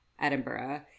Edinburgh